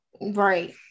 Right